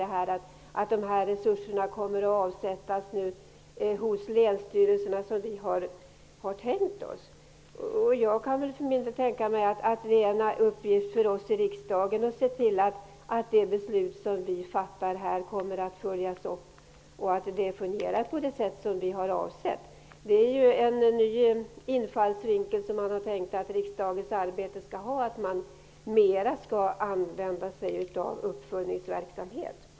Tänk om de här resurserna inte avsätts på det sätt som vi har avsett när det gäller länsstyrelserna! Jag för min del kan tänka mig att det är en uppgift för oss i riksdagen att se till att beslut som fattas här följs upp och att det hela fungerar på det sätt som vi har avsett. En ny infallsvinkel som man har tänkt att riksdagens arbete skall ha är ju att det mera skall vara fråga om uppföljningsverksamhet.